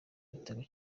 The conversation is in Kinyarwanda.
igitego